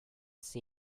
see